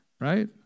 Right